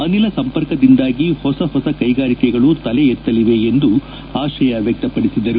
ಅನಿಲ ಸಂಪರ್ಕದಿಂದಾಗಿ ಹೊಸ ಹೊಸ ಕೈಗಾರಿಕೆಗಳು ತಲೆ ಎತ್ತಲಿವೆ ಎಂದು ಆಶಯ ವ್ಯಕ್ತಪಡಿಸಿದರು